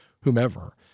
whomever